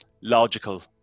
logical